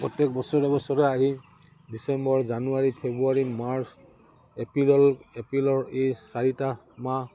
প্ৰত্যেক বছৰে বছৰে আহি December January February March April এপ্ৰিলৰ ই চাৰিটা মাহ